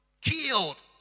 killed